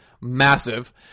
massive